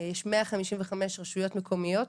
יש 155 רשויות מקומיות,